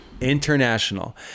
International